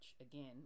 again